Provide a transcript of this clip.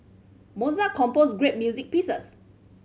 Mozart composed great music pieces